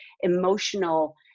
emotional